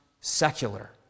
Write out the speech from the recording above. secular